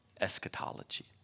eschatology